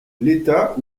l’état